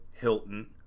Hilton